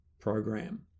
program